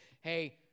Hey